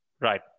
Right